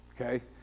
okay